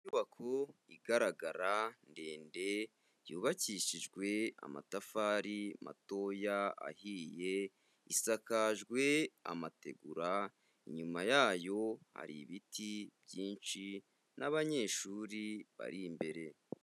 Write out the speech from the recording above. Inyubako igaragara ndende yubakishijwe amatafari matoya ahiye isakajwe amategura, inyuma yayo hari ibiti byinshi n'abanyeshuri bari imbere.